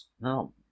No